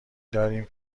داریم